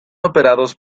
operados